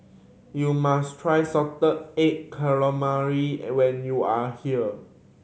you must try salted egg calamari when you are here